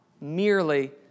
merely